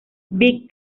vic